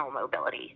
mobility